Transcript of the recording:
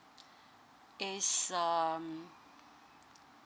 it's um